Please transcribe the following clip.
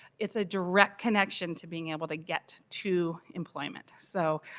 it's a dprect connection to being able to get to employment. so